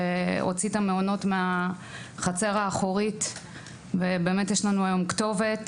שהוציא את המעונות מהחצר האחורית ויש לנו היום כתובת